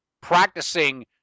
practicing